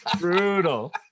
brutal